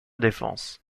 défense